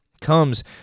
comes